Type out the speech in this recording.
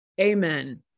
Amen